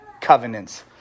covenants